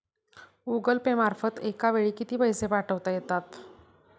Google pay मार्फत एका वेळी किती पैसे पाठवता येतात?